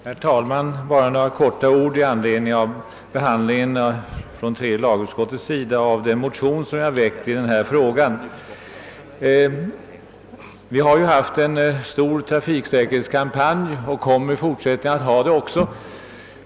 Herr talman! Bara några få ord i anledning av tredje lagutskottets behandling av den motion jag väckt i denna fråga. Vi har ju haft en stor trafiksäkerhetskampanj, och den kommer att fortsätta. Sådana kampanjer behövs också.